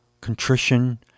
Contrition